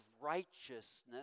righteousness